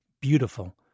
beautiful